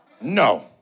No